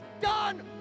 done